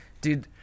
Dude